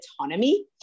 autonomy